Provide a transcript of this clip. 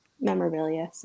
memorabilia